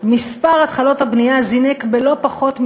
מספר התחלות הבנייה זינק בלא פחות מ-176%,